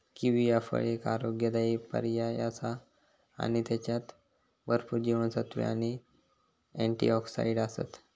kiwi ह्या फळ एक आरोग्यदायी पर्याय आसा आणि त्येच्यात भरपूर जीवनसत्त्वे आणि अँटिऑक्सिडंट आसत